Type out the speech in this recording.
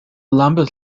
lambeth